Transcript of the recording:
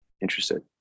interested